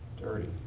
dirty